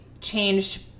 changed